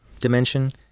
dimension